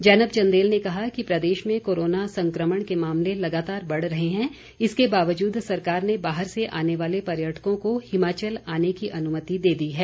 जैनब चंदेल ने कहा कि प्रदेश में कोरोना संक्रमण के मामले लगातार बढ़ रहे हैं इसके बावजूद सरकार ने बाहर से आने वाले पर्यटकों को हिमाचल आने की अनुमति दे दी है